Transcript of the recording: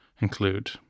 include